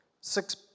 Six